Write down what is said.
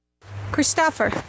Christopher